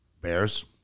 Bears